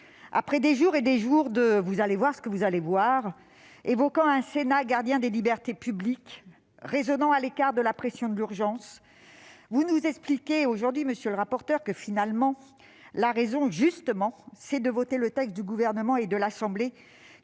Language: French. Après des jours et des jours de « vous allez voir ce que vous allez voir !», évoquant un Sénat gardien des libertés publiques, raisonnant à l'écart de la pression de l'urgence, vous nous expliquez aujourd'hui, monsieur le rapporteur, que la raison, en définitive, c'est justement de voter le texte du Gouvernement et de l'Assemblée